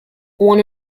one